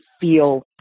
feel